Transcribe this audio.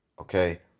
okay